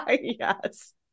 yes